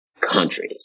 countries